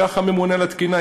כך הממונה על התקינה,